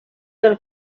del